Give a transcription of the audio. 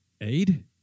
Aid